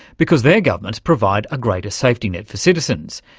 because their governments provide a greater safety net for citizens.